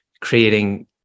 creating